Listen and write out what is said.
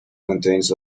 contains